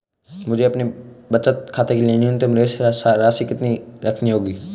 मुझे अपने बचत खाते के लिए न्यूनतम शेष राशि कितनी रखनी होगी?